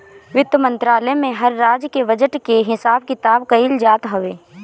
वित्त मंत्रालय में हर राज्य के बजट के हिसाब किताब कइल जात हवे